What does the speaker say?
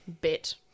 Bit